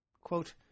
Quote